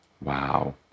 Wow